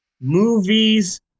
movies